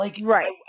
Right